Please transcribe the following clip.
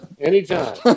Anytime